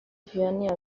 vianney